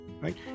right